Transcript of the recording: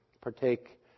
partake